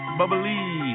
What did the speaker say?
Bubbly